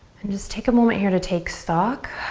and just take a moment here to take stock.